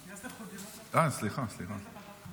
אה, סליחה, סליחה.